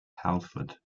halford